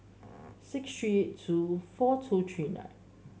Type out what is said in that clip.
six three two four two three nine